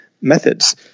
methods